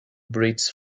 breathes